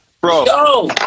Bro